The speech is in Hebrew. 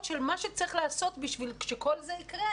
של מה שצריך לעשות בשביל שכל זה יקרה,